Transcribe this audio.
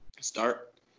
start